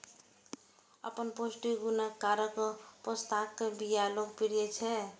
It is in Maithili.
अपन पौष्टिक गुणक कारण पोस्ताक बिया लोकप्रिय छै